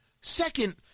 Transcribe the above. Second